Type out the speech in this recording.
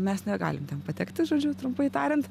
mes negalim ten patekti žodžiu trumpai tariant